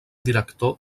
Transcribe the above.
director